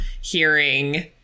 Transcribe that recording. Hearing